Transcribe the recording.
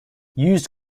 used